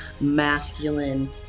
masculine